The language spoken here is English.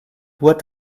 what